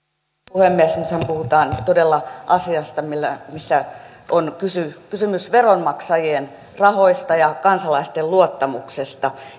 puhemies nythän puhutaan todella asiasta missä on kysymys veronmaksajien rahoista ja kansalaisten luottamuksesta